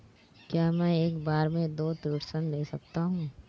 क्या मैं एक बार में दो ऋण ले सकता हूँ?